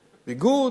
ביגוד.